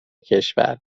کشور